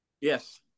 yes